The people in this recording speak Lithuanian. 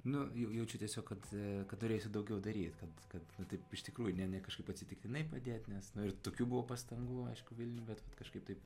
nu jau jaučiu tiesiog kad kad turėsiu daugiau daryt kad kad taip iš tikrųjų ne ne kažkaip atsitiktinai padėt nes nu ir tokių buvo pastangų aišku vilniuj bet vat kažkaip taip